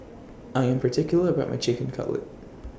I Am particular about My Chicken Cutlet